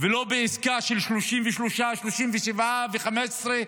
ולא בעסקה של 33, 37 ו-15,